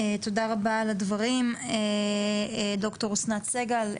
תודה רבה על הדברים ד"ר אסנת סגל,